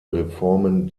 reformen